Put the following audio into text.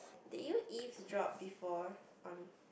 did you eavesdrop before on